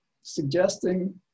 suggesting